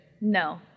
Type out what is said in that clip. no